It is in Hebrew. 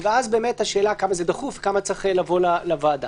ואז השאלה היא כזה זה דחוף לבוא לוועדה